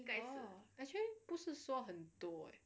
oh actually 不是说很多诶